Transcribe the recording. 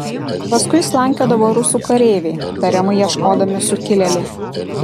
paskui slankiodavo rusų kareiviai tariamai ieškodami sukilėlių